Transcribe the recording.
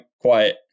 quiet